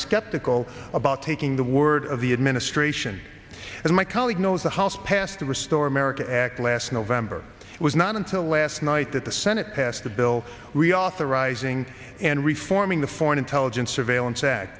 skeptical about taking the word of the administration as my colleague knows the house passed the restore america act last november it was not until last night that the senate passed a bill reauthorizing and reforming the foreign intelligence surveillance a